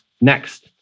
next